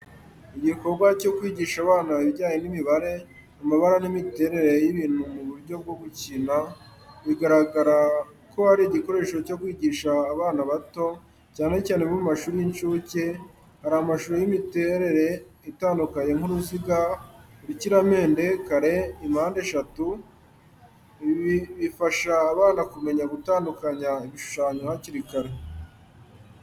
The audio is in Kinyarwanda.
Igikorwa cyo kwigisha abana ibijyanye n’imibare, amabara n’imiterere y’ibintu mu buryo bwo gukina biragaragara ko ari igikoresho cyo kwigisha abana bato, cyane cyane bo mu mashuri y’incuke hari amashusho y’imiterere itandukanye nk’uruziga , urukiramende , kare , impande eshatu . Ibi bifasha abana kumenya gutandukanya ibishushanyo hakiri kare.